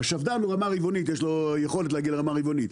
לשפדן יש יכולת להגיע לרמה רבעונית,